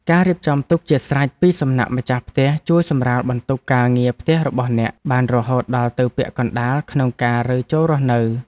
ការរៀបចំទុកជាស្រេចពីសំណាក់ម្ចាស់ផ្ទះជួយសម្រាលបន្ទុកការងារផ្ទះរបស់អ្នកបានរហូតដល់ទៅពាក់កណ្ដាលក្នុងការរើចូលរស់នៅ។